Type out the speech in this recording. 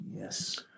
Yes